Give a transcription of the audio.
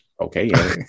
Okay